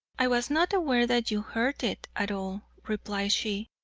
i was not aware that you heard it at all, replied she.